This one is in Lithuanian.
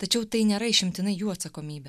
tačiau tai nėra išimtinai jų atsakomybė